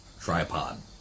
Tripod